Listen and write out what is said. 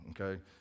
okay